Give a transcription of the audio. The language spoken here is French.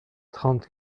trente